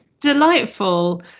delightful